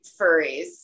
furries